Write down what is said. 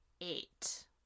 eight